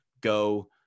go